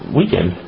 weekend